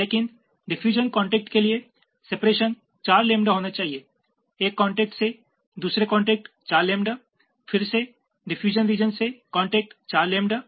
लेकिन diffusion contact के लिए सेपरेशन चार लैम्बडा होना चाहिए एक कॉन्टेक्ट से दूसरे कॉन्टेक्ट चार लैम्बडा फिर से डिफयूजन रीजन से कॉन्टेक्ट चार लैम्बडा